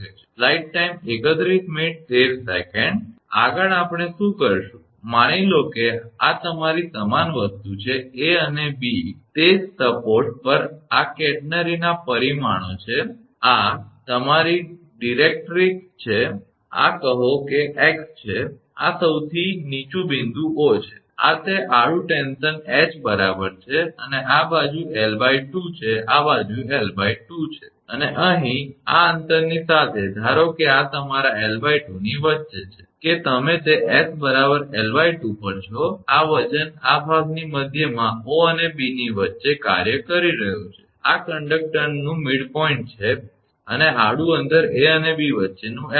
આગળ આપણે શું કરીશું માની લો કે આ તમારી સમાન વસ્તુ છે 𝐴 અને 𝐵 તે જ સપોર્ટ પર આ કેટરનરીના પરિમાણો છે આ તમારી ડિરેક્ટ્રિક્સ છે આ કહો કે 𝑥 છે અને આ સૌથી નીચું બિંદુ 𝑂 છે આ તે આડૂં ટેન્શન 𝐻 બરાબર છે અને આ બાજુ 𝑙2 છે આ બાજુ 𝑙2 છે અને અહીં આ અંતરની સાથે ધારો કે આ તમારા 𝑙2 ની વચ્ચે છે કે તમે તે 𝑠 𝑙2 પર છો આ વજન આ ભાગની મધ્યમાં 𝑂 અને 𝐵 ની વચ્ચે કાર્ય કરી રહ્યું છે આ કંડકટરનું મધ્ય સ્થાન છે અને આડું અંતર 𝐴 અને 𝐵 વચ્ચેનું 𝐿 છે